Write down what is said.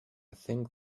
think